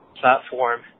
platform